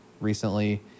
recently